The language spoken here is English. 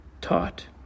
taught